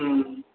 ହୁଁ